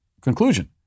conclusion